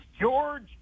George